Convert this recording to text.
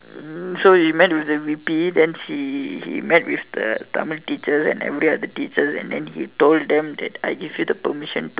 hmm so he met with the V_P then he he met with the Tamil teachers and every other teachers and then he told them that I give you the permission